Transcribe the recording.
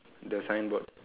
the signboard